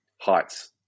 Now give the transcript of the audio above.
Heights